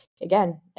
again